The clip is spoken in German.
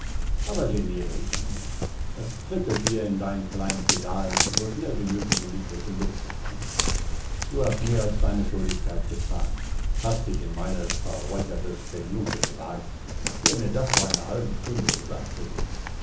aber geniere dich nur nicht es prickelt dir in deinen kleinen pedalen so schnell wie möglich in die frische luft zu kommen du hast mehr als deine schuldigkeit gethan hast dich in meine verräucherte spelunke gewagt wer mir das vor einer halben stunde gesagt hätte